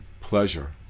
pleasure